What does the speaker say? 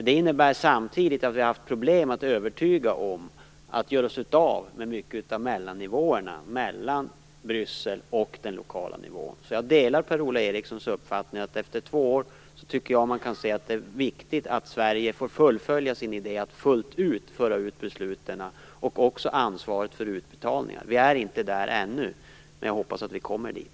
Det innebär samtidigt att vi har haft problem att övertyga om att vi skall göra oss av med mycket av mellannivåerna mellan Bryssel och den lokala nivån. Jag delar Per-Ola Erikssons uppfattning att det, efter två år, är viktigt att Sverige får fullfölja sin idé att fullt ut föra ut besluten och ansvaret för utbetalningar. Vi är inte där ännu, men jag hoppas att vi kommer dit.